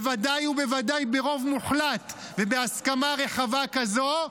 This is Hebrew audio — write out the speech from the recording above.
בוודאי ובוודאי ברוב מוחלט ובהסכמה רחבה כזאת,